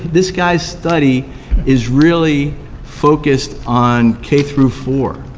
this guy's study is really focused on k through four,